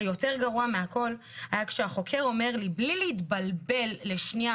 היותר גרוע מהכל היה כשהחוקר אומר לי בלי להתבלבל לשנייה,